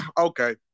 okay